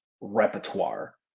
repertoire